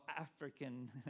African